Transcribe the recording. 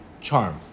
charm